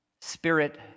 Spirit